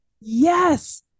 yes